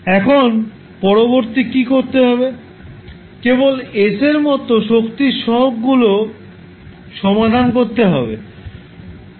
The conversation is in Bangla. এখন পরবর্তী কী করতে হবে কেবল s এর মতো শক্তির সহগকে সমান করতে হবে